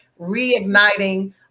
reigniting